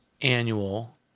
Annual